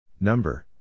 Number